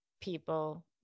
people